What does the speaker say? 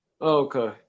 okay